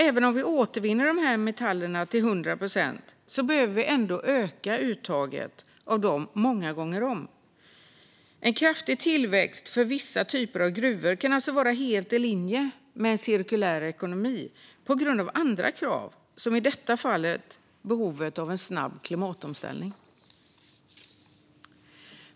Även om vi återvinner de här metallerna till 100 procent behöver vi ändå öka uttaget av dem många gånger om. En kraftig tillväxt för vissa typer av gruvor kan alltså vara helt i linje med en cirkulär ekonomi på grund av andra krav, som i detta fall behovet av en snabb klimatomställning.